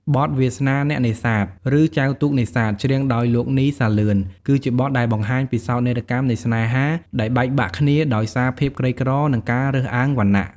បទ វាសនាអ្នកនេសាទ ឬ ចែវទូកនេសាទ ច្រៀងដោយលោក នី សាលឿន គឺជាបទដែលបង្ហាញពីសោកនាដកម្មនៃស្នេហាដែលបែកបាក់គ្នាដោយសារភាពក្រីក្រ និងការរើសអើងវណ្ណៈ។